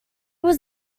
was